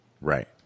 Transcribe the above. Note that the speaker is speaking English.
Right